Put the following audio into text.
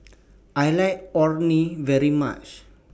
I like Orh Nee very much